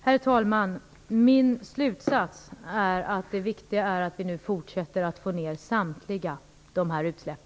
Herr talman! Min slutsats är att det är viktigt att vi nu fortsätter att få ned samtliga dessa utsläpp.